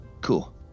Cool